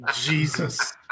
Jesus